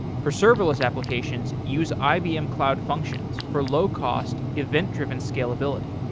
for serverless applications, use ibm cloud functions for low-cost, event-driven scalability.